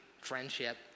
friendship